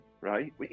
right